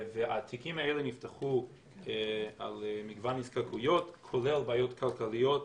התיקים האלה נפתחו על מגוון נזקקויות כולל על בעיות כלכליות,